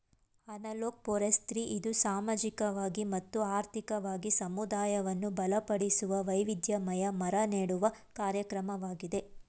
analog forestry ಇದು ಸಾಮಾಜಿಕವಾಗಿ ಮತ್ತು ಆರ್ಥಿಕವಾಗಿ ಸಮುದಾಯವನ್ನು ಬಲಪಡಿಸುವ, ವೈವಿಧ್ಯಮಯ ಮರ ನೆಡುವ ಕಾರ್ಯಕ್ರಮವಾಗಿದೆ